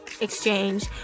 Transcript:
exchange